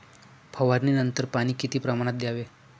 फवारणीनंतर पाणी किती प्रमाणात द्यावे?